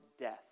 death